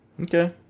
Okay